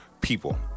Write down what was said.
people